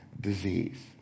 disease